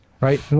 Right